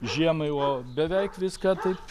žiemai o beveik viską taip